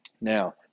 Now